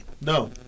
No